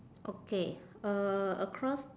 okay uh across